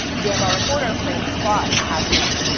jambar reporter frances clause has more.